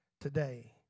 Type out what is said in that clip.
today